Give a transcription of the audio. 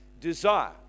Desire